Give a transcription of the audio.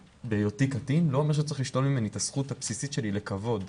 והיותי קטין לא אומר שצריך לשלול ממני את הזכות הבסיסית שלי לכבוד,